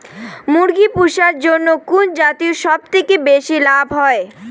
মুরগি পুষার জন্য কুন জাতীয় সবথেকে বেশি লাভ হয়?